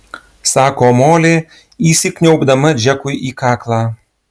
sako molė įsikniaubdama džekui į kaklą